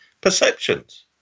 perceptions